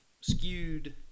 skewed